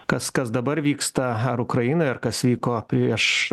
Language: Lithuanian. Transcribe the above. kas kas dabar vyksta ar ukrainoj ar kas vyko prieš